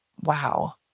wow